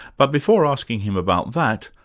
but before asking him about that,